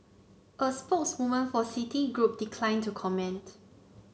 a spokeswoman for Citigroup declined to comment